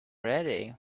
ready